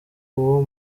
uwo